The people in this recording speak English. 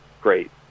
Great